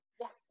yes